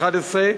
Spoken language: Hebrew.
בספטמבר 2011,